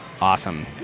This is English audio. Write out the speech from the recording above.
Awesome